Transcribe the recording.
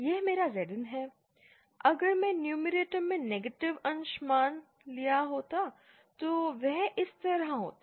यह मेरा Zin है अगर मैंने न्यूमैरेटर में नेगेटिव अंश मान लिया होता तो वह इस तरह होता